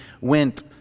went